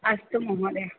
अस्तु महोदय